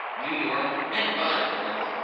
new york, and other ports,